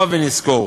הבה ונזכור,